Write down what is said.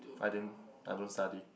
I din I don't study